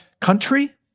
country